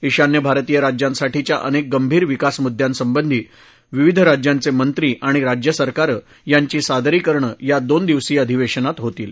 ईशान्य भारतीय राज्यांसाठीच्या अनेक गंभीर विकास मुद्द्यांसंबंधी विविध राज्यांचे मंत्री आणि राज्यसरकारं यांची सादरीकरणं या दोन दोन दिवसीय अधिवेशनात होतील